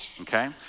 Okay